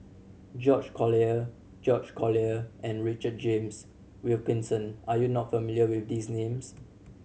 George Collyer George Collyer and Richard James Wilkinson are you not familiar with these names